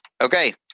Okay